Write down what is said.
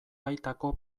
baitako